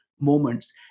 moments